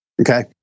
Okay